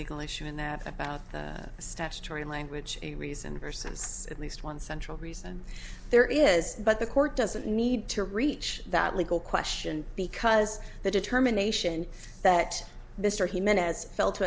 legal issue in there about statutory language a reason for since at least one central reason there is but the court doesn't need to reach that legal question because the determination that mr he meant as fell to